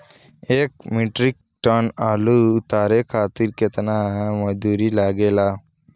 एक metric ton आलू उतारे खातिर केतना मजदूरी लागेला?